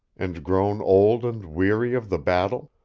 and grown old and weary of the battle?